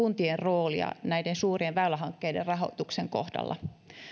kuntien roolia näiden suurien väylähankkeiden rahoituksen kohdalla